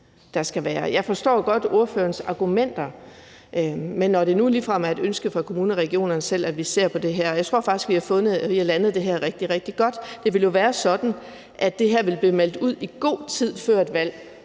Jeg forstår godt ordførerens argumenter, men det er jo ligefrem et ønske fra kommunerne og regionerne selv, at vi ser på det her, og jeg tror faktisk, at vi har landet det rigtig, rigtig godt. Det vil jo være sådan, at det her vil blive meldt ud i god tid før et valg,